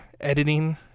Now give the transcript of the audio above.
editing